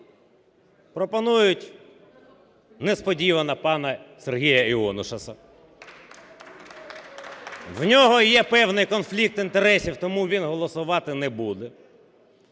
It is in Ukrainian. Пропонують несподівано пана Сергія Іонушаса, в нього є певний конфлікт інтересів, тому він голосувати не буде,